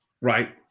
Right